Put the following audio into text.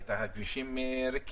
ריקים.